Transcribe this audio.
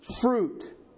fruit